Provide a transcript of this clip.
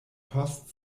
post